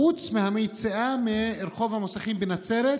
חוץ מהיציאה מרחוב המוסכים בנצרת,